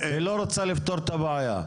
היא לא רוצה לפתור את הבעיה.